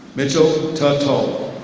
mitchell tutoll.